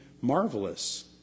marvelous